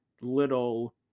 little